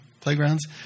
playgrounds